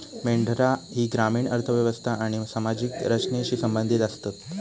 मेंढरा ही ग्रामीण अर्थ व्यवस्था आणि सामाजिक रचनेशी संबंधित आसतत